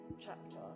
chapter